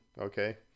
okay